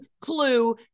clue